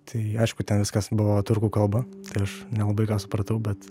tai aišku ten viskas buvo turkų kalba tai aš nelabai ką supratau bet